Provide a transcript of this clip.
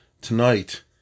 Tonight